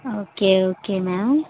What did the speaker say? okay okay ma'am